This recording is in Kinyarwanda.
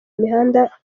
mihanda